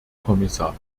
kommissar